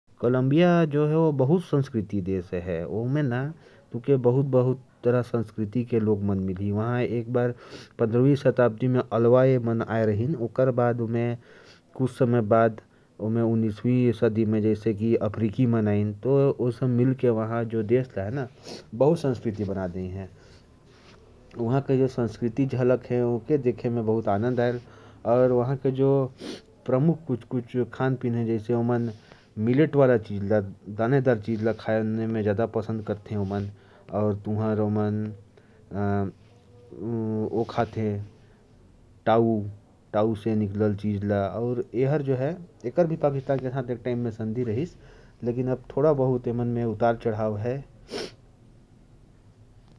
कोलंबिया एक सांस्कृतिक देश है। वहां पंद्रहवीं शताब्दी में यूरोपीय लोग आए थे। कुछ समय बाद वहां अफ्रीकी लोग भी आए। इन्हीं सब का मिश्रण होकर वहां की संस्कृति बहुत समृद्ध हो गई है। लोग वहां टॉर्टा खाना पसंद करते हैं।